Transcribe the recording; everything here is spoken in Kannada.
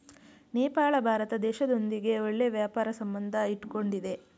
ನೇಪಾಳ ಭಾರತ ದೇಶದೊಂದಿಗೆ ಒಳ್ಳೆ ವ್ಯಾಪಾರ ಸಂಬಂಧ ಇಟ್ಕೊಂಡಿದ್ದೆ